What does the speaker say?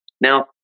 Now